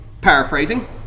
paraphrasing